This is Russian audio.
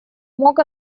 мог